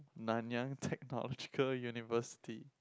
Nanyang-Technological-University